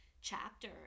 chapter